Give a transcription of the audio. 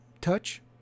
touch